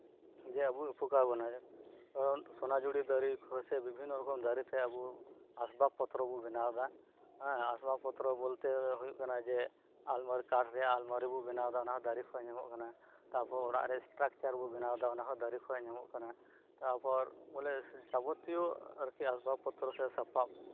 ᱡᱮ ᱟᱵᱚᱭ ᱩᱯᱚᱠᱟᱨ ᱵᱚᱱᱟᱭ ᱡᱮᱢᱚᱱ ᱥᱳᱱᱟᱡᱷᱩᱨᱤ ᱫᱟᱨᱮᱹ ᱥᱮ ᱵᱤᱵᱷᱤᱱᱱᱚ ᱨᱚᱠᱚᱢ ᱫᱟᱨᱮᱛᱮ ᱟᱥᱵᱟᱵᱽ ᱯᱚᱛᱛᱨᱚ ᱠᱚ ᱵᱮᱱᱟᱣ ᱮᱫᱟ ᱟᱥᱵᱟᱵᱽ ᱯᱚᱛᱛᱨᱚ ᱵᱚᱞᱮ ᱦᱳᱭᱳᱜ ᱠᱟᱱᱟ ᱡᱮ ᱟᱞᱢᱨᱤ ᱠᱟᱴᱷ ᱨᱮᱭᱟᱜ ᱟᱞᱢᱟᱨᱤ ᱵᱚᱱ ᱵᱮᱱᱟᱣᱮᱫᱟ ᱚᱱᱟᱦᱚᱸ ᱫᱟᱨᱮᱹ ᱠᱷᱚᱱ ᱧᱟᱢᱚᱜ ᱠᱟᱱᱟ ᱛᱟᱨᱯᱚᱨ ᱚᱲᱟᱜ ᱨᱮ ᱥᱴᱨᱟᱠᱪᱟᱨ ᱵᱚᱱ ᱵᱮᱱᱟᱣᱮᱫᱟ ᱚᱱᱟᱦᱚᱸ ᱫᱟᱨᱮᱹ ᱠᱷᱚᱱ ᱧᱟᱢᱚᱜ ᱠᱟᱱᱟ ᱛᱟᱨᱯᱚᱨ ᱵᱚᱞᱮ ᱡᱟᱵᱚᱛᱤᱭᱚ ᱟᱥᱵᱟᱵᱽ ᱯᱚᱛᱛᱨᱚ ᱥᱮ ᱥᱟᱯᱟᱵ